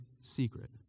secret